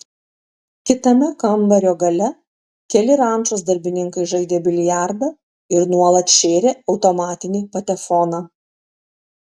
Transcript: kitame kambario gale keli rančos darbininkai žaidė biliardą ir nuolat šėrė automatinį patefoną